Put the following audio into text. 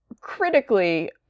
critically